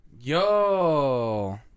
Yo